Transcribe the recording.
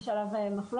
יש עליו מחלוקת,